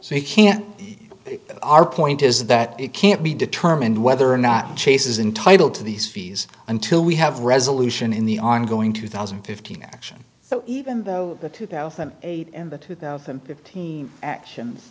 you can our point is that it can't be determined whether or not chase is entitle to these fees until we have resolution in the ongoing two thousand and fifteen action so even though the two thousand and eight and the two thousand and fifteen action